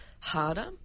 harder